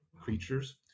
creatures